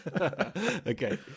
Okay